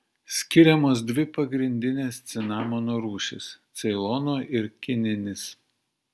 skiriamos dvi pagrindinės cinamono rūšys ceilono ir kininis